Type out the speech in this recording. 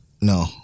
No